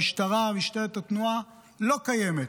המשטרה, משטרת התנועה, לא קיימת.